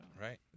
Right